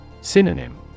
Synonym